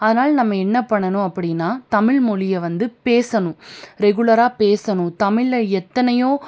அதனால் நம்ம என்ன பண்ணனும் அப்படின்னா தமிழ் மொழியை வந்து பேசணும் ரெகுலராக பேசணும் தமிழில் எத்தனையோ